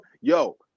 Yo